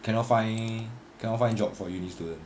cannot find cannot find job for uni student